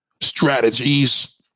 Strategies